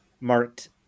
marked